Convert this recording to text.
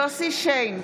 יוסף שיין,